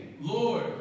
Lord